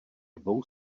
dvou